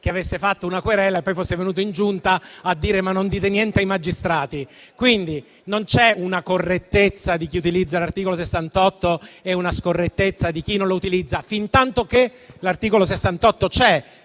che avesse fatto una querela e poi fosse venuto in Giunta per chiedere di non dire niente ai magistrati. Non c'è quindi una correttezza di chi utilizza l'articolo 68 e una scorrettezza da parte di chi non lo utilizza, fintanto che l'articolo 68 c'è,